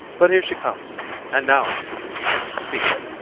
but here she comes and now, petruchio, speak.